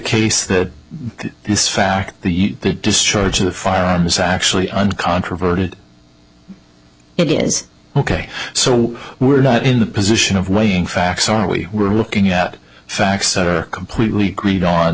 case that this fact the discharge of firearms actually uncontroverted it is ok so we're not in the position of weighing facts are we we're looking at facts that are completely agreed on